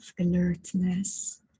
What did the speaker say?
alertness